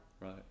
right